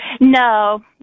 No